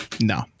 no